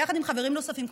ביחד עם חברים נוספים,